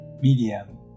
medium